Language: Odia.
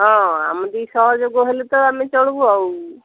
ହଁ ଆମରି ସହଯୋଗ ହେଲେ ତ ଆମେ ଚଳିବୁ ଆଉ